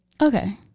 Okay